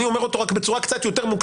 אני אומר אותו רק בצורה יותר מוקצנת